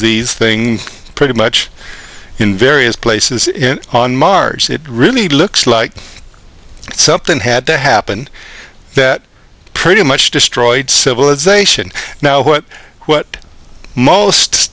these things pretty much in various places on mars it really looks like something had to happen that pretty much destroyed civilization now what what most